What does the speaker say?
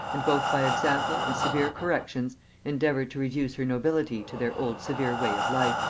and both by example and severe corrections endeavoured to reduce her nobility to their old severe way of life.